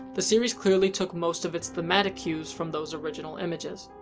the series clearly took most of its thematic cues from those original images.